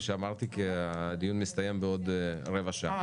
שאמרתי כי הדיון מסתיים בעוד רבע שעה.